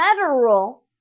federal